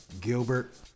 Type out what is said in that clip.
Gilbert